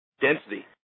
density